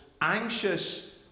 anxious